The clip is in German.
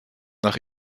nach